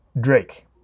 Drake